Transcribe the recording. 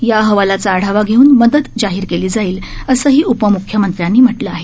या अहवालाचा आढावा घेऊन मदत जाहीर केली जाईल असंही उपमुख्यमंत्र्यांनी म्हटलं आहे